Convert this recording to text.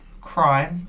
crime